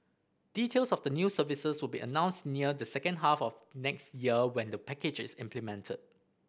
details of the new services will be announced near the second half of next year when the package is implemented